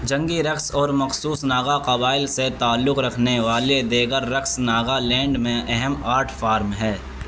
جنگی رقص اور مخصوص ناگا قبائل سے تعلق رکھنے والے دیگر رقص ناگا لینڈ میں اہم آرٹ فارم ہیں